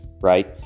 right